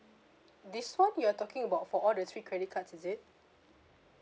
this one you are talking about for all the three credit cards is it